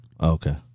Okay